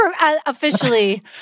officially